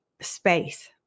space